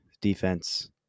Defense